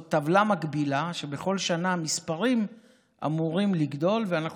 זאת טבלה מקבילה שבכל שנה המספרים אמורים לגדול ואנחנו